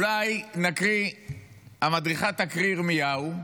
אולי המדריכה תקריא ירמיהו,